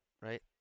right